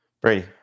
Brady